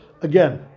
Again